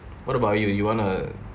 what about you you want to